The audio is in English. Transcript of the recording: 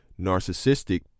narcissistic